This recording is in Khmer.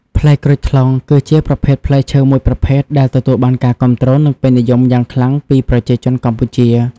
ផ្លែក្រូចថ្លុងគឺជាប្រភេទផ្លែឈើមួយប្រភេទដែលទទួលបានការគាំទ្រនិងពេញនិយមយ៉ាងខ្លាំងពីប្រជាជនកម្ពុជា។